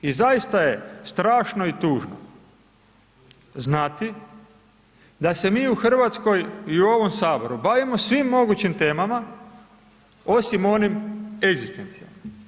I zaista je strašno i tužno, znati da se mi u Hrvatskom i u ovom Saboru bavimo svim mogućim temama, osim onim egzistencijalnim.